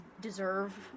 deserve